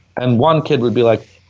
and one kid would be like,